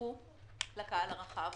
נפתחו לקהל הרחב